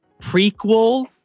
prequel